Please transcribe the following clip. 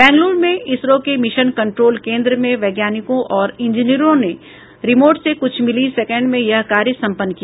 बेंगलूरू में इसरो के mission control केन्द्र में वैज्ञानिकों और इंजीनियरों ने रिमोट से कुछ मिली सेकेण्ड में यह कार्य सम्पन्न किया